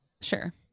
sure